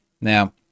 Now